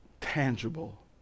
tangible